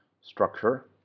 structure